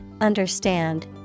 understand